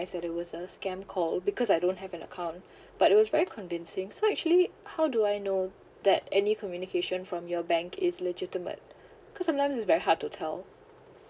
that that was a scam call because I don't have an account but it was very convincing so actually how do I know that any communication from your bank is legitimate cause sometimes it's very hard to tell